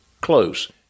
close